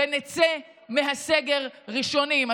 ונצא מהסגר ראשונים.